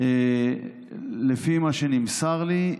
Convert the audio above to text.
לפי מה שנמסר לי,